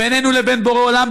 בינינו לבין בורא עולם,